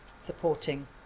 supporting